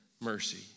mercy